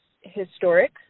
historic